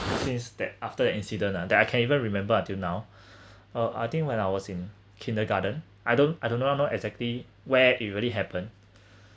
says that after an incident ah that I can even remember until now uh I think when I was in kindergarten I don't I don't know kno~ exactly where it really happen